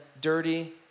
dirty